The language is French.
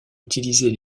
utiliser